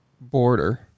border